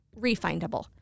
refindable